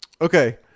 Okay